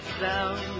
sound